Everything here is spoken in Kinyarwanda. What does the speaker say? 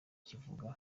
kivuga